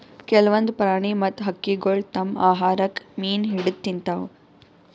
ಕೆಲ್ವನ್ದ್ ಪ್ರಾಣಿ ಮತ್ತ್ ಹಕ್ಕಿಗೊಳ್ ತಮ್ಮ್ ಆಹಾರಕ್ಕ್ ಮೀನ್ ಹಿಡದ್ದ್ ತಿಂತಾವ್